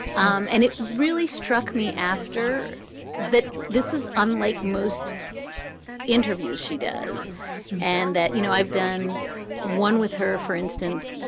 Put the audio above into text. um and it really struck me after that. this is unlike most interviews she does and that, you know, i've done one with her. for instance,